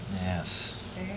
Yes